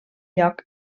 lloc